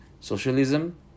socialism